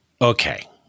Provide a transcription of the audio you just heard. Okay